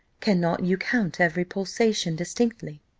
cannot you count every pulsation distinctly?